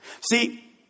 See